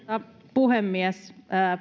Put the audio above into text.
puhemies